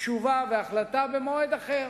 תשובה והחלטה במועד אחר.